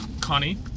connie